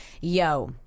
Yo